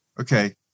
Okay